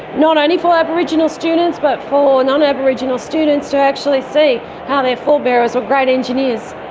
not only for aboriginal students but for non-aboriginal students to actually see how their forbearers were great engineers.